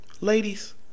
Ladies